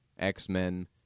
X-Men